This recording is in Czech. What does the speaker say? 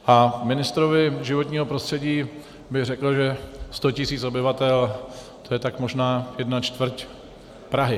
A ministrovi životního prostředí bych řekl, že sto tisíc obyvatel, to je tak možná jedna čtvrť Prahy.